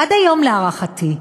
עד היום, להערכתי,